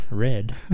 Red